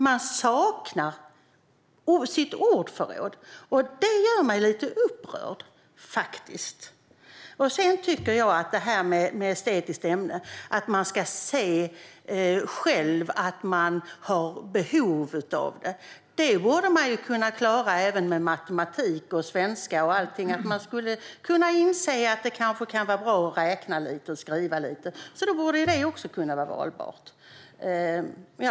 Man saknar ändå sitt ordförråd. Detta gör mig faktiskt lite upprörd. Ulrika Carlsson menar att man själv ska se att man har behov av estetiska ämnen. Det borde man kunna klara även med matematik, svenska och allting. Man skulle kunna inse att det kanske kan vara bra att räkna och skriva lite. I så fall borde dessa ämnen också kunna vara valbara.